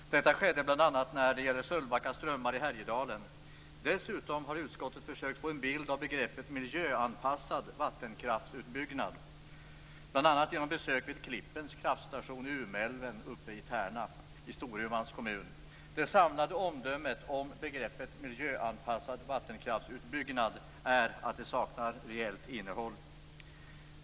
Detta skedde bl.a. när det gällde Sölvbacka strömmar i Härjedalen. Dessutom har utskottet försökt få en bild av begreppet miljöanpassad vattenkraftsutbyggnad, bl.a. genom besök vid Klippens kraftstation i Umeälven uppe i Tärna i Storumans kommun. Det samlade omdömet om begreppet miljöanpassad vattenkraftsutbyggnad är att det saknar reellt innehåll.